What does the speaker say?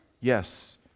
Yes